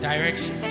Direction